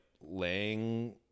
laying